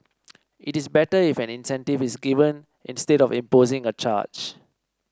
it is better if an incentive is given instead of imposing a charge